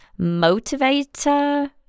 motivator